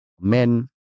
Men